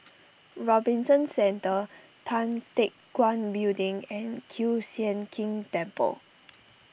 Robinson Centre Tan Teck Guan Building and Kiew Sian King Temple